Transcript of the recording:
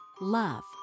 love